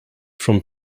from